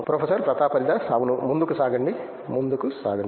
professor Pratap Haridas అవును ముందుకు సాగండి ముందుకు సాగండి